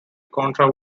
contra